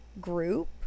group